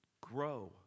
Grow